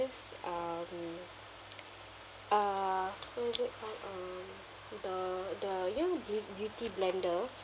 um uh is it buy um the the you know beau~ beauty blender